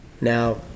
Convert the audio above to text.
Now